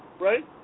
right